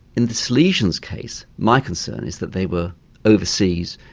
in the salesians case, my concern is that they were overseas,